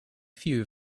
few